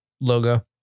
logo